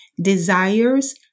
desires